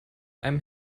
einem